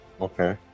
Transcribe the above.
Okay